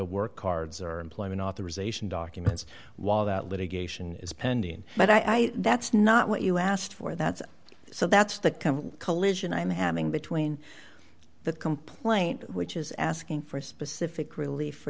work cards or employment authorization documents while that litigation is pending but i that's not what you asked for that's so that's the kind of collision i'm having between the complaint which is asking for specific relief for